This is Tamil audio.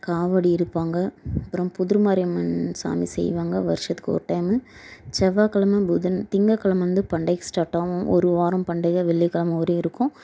காவடி எடுப்பாங்க அப்புறம் புதிர் மாரியம்மன் சாமி செய்வாங்க வருஷத்துக்கு ஒரு டைமு செவ்வாக்கிழம புதன் திங்கக்கிழம வந்து பண்டிகை ஸ்டார்ட் ஆகும் ஒரு வாரம் பண்டிகை வெள்ளிக்கிழம வரையும் இருக்கும்